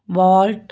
wallet